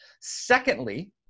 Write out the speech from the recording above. Secondly